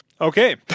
Okay